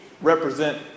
represent